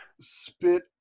spit